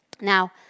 Now